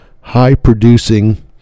high-producing